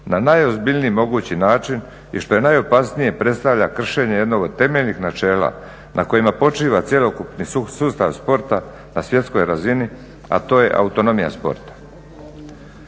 na najozbiljniji mogući način i što je najopasnije predstavlja kršenje jednog od temeljnih načela na kojima počiva cjelokupni sustav sporta na svjetskoj razini a to je autonomija sporta.